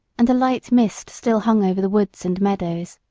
and a light mist still hung over the woods and meadows.